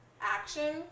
action